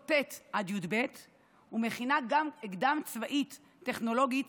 ט' י"ב וגם מכינה קדם-צבאית טכנולוגית